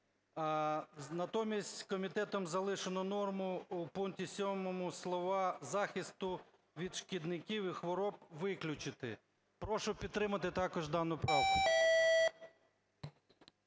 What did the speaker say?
Натомість комітетом залишено норму в пункті 7, слова "захисту від шкідників і хвороб" виключити. Прошу підтримати також дану правку.